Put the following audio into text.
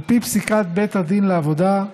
על פי פסיקת בית הדין לעבודה,